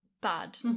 Bad